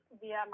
via